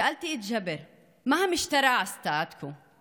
שאלתי את ג'אבר: מה המשטרה עשתה עד כה?